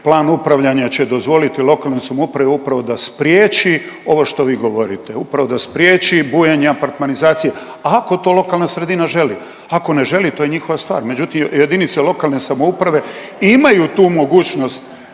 Plan upravljanja će dozvoliti lokalnoj samoupravi upravo da spriječi ovo što vi govorite, upravo da spriječi bujanje apartmanizacije, ako to lokalna sredina želi. Ako ne želi, to je njihova stvar, međutim, jedinice lokalne samouprave imaju tu mogućnost